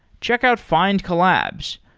check out findcollabs.